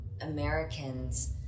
Americans